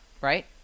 right